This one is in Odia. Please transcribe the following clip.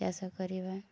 ଚାଷ କରିବା